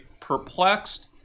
perplexed